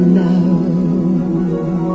love